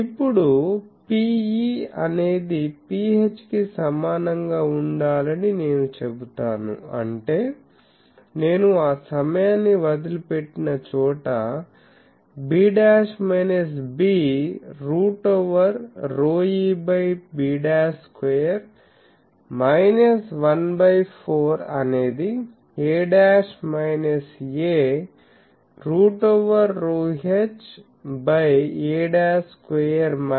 ఇప్పుడు Pe అనేది Ph కి సమానంగా ఉండాలని నేను చెబుతాను అంటే నేను ఆ సమయాన్ని వదిలిపెట్టిన చోట b b root over ρe by b square 14 అనేది a aరూట్ over ρh by a square 14